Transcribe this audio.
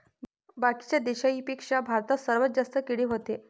बाकीच्या देशाइंपेक्षा भारतात सर्वात जास्त केळी व्हते